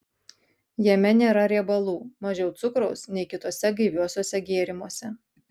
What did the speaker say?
jame nėra riebalų mažiau cukraus nei kituose gaiviuosiuose gėrimuose